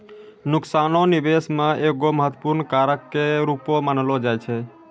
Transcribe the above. नुकसानो निबेश मे एगो महत्वपूर्ण कारक के रूपो मानलो जाय छै